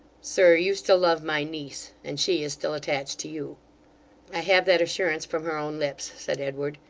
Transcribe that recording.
sir, you still love my niece, and she is still attached to you i have that assurance from her own lips said edward,